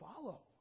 follow